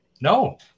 No